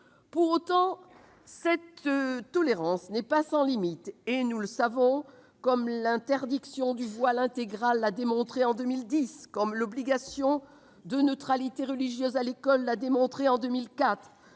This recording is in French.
Pour autant, cette tolérance n'est pas sans limites, nous le savons, comme l'interdiction du voile intégral l'a démontré en 2010, comme l'obligation de neutralité religieuse à l'école l'a démontré en 2004,